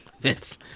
Vince